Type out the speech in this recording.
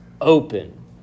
open